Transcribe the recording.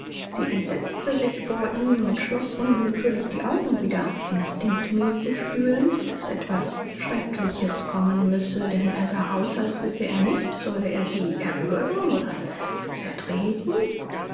sie entsetzte sich vor ihm und schloß unwillkürlich die augen wieder instinktmäßig fühlend daß etwas schreckliches kommen müsse denn er sah aus als wisse er nicht solle er sie erwürgen oder zertreten